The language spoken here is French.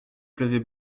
pleuvait